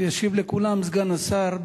הצעה לסדר-היום מס'